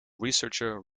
researcher